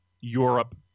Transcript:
Europe